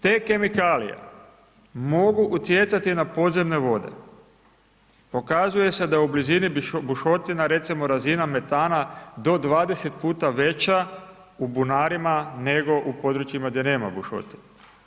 Te kemikalije mogu utjecati na podzemne vode, pokazuje se da u blizini bušotina recimo razina metana do 20 puta veća u bunarima nego u područjima gdje nema bušotina.